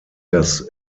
das